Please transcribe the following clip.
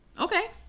Okay